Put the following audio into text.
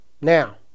now